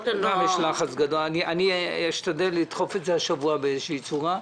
אני אשתדל לדחוף את זה השבוע באיזו צורה.